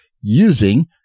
using